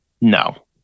No